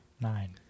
Nine